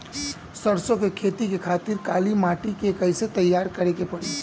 सरसो के खेती के खातिर काली माटी के कैसे तैयार करे के पड़ी?